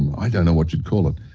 i don't know what you'd call it.